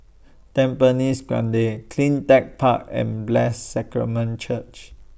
Tampines Grande CleanTech Park and Blessed Sacrament Church